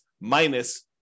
minus